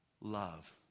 love